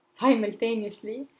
simultaneously